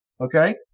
Okay